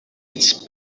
its